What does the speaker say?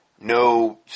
No